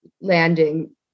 landing